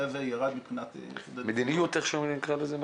הזה ירד מבחינת --- מדיניות נקרא לזה?